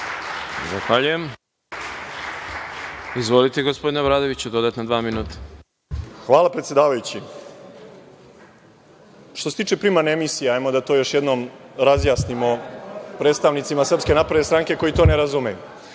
Hvala, predsedavajući. Što se tiče primarne emisije, ajmo da to još jednom razjasnimo predstavnicima SNS koji to ne razumeju.